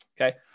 okay